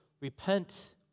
Repent